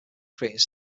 creating